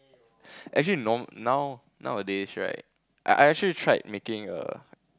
actually no now nowadays right I actually tried making a